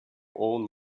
own